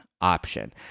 option